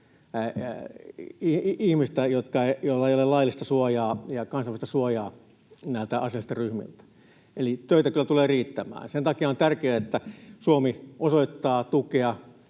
ihmistä, joilla ei ole laillista suojaa ja kansainvälistä suojaa näiltä aseellisilta ryhmiltä. Eli töitä kyllä tulee riittämään. Sen takia on tärkeää, että Suomi osoittaa tukea